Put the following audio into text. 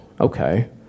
okay